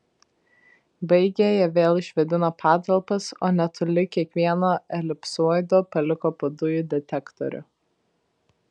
baigę jie vėl išvėdino patalpas o netoli kiekvieno elipsoido paliko po dujų detektorių